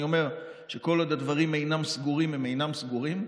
אומר שכל עוד הדברים אינם סגורים הם אינם סגורים,